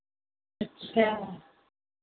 अच्छा